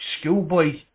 schoolboy